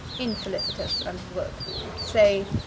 infelicitous and work-worn. say,